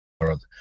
world